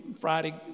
Friday